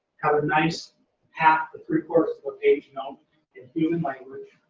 have a nice half to three-quarters of a page notes in human language,